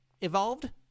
evolved